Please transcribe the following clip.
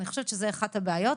ואני חושבת שזו אחת הבעיות.